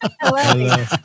Hello